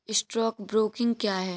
Stock broking क्या है?